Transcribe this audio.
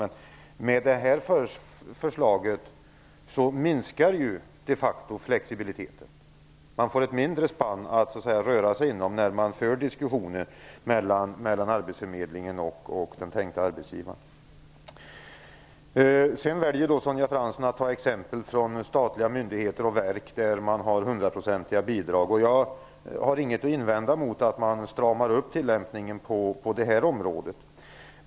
Men med detta förslag minskar ju de facto flexibiliteten. Man får ett mindre spann att röra sig inom när man för diskussionen mellan arbetsförmedlingen och den tänkta arbetsgivaren. Sonja Fransson väljer att ta exempel från statliga myndigheter och verk, där man har 100-procentiga bidrag. Jag har inget att invända mot att man stramar upp tillämpningen på detta område.